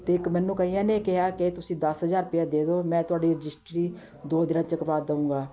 ਅਤੇ ਇੱਕ ਮੈਨੂੰ ਕਈਆਂ ਨੇ ਕਿਹਾ ਕਿ ਤੁਸੀਂ ਦਸ ਹਜ਼ਾਰ ਰੁਪਿਆ ਦੇ ਦਿਉ ਮੈਂ ਤੁਹਾਡੀ ਰਜਿਸਟਰੀ ਦੋ ਦਿਨਾਂ 'ਚ ਕਰਵਾ ਦਊਂਗਾ